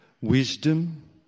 wisdom